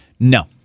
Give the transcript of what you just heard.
No